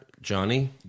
Johnny